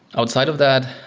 outside of that,